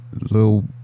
little